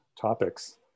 topics